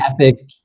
epic